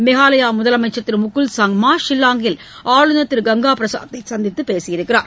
மேகாலயா முதலமைச்சர் திரு முகுல் சங்மா ஷில்லாங்கில் ஆளுநர் திரு கங்கா பிரசாத்தை சந்தித்து பேசியுள்ளார்